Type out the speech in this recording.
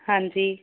ਹਾਂਜੀ